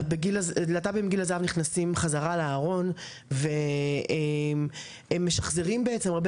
להט"בים בגיל הזהב נכנסים חזרה לארון והם משחזרים בעצם הרבה